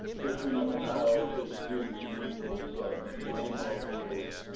which we know now is due to the influence of dna molecules,